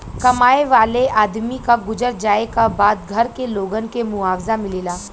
कमाए वाले आदमी क गुजर जाए क बाद घर के लोगन के मुआवजा मिलेला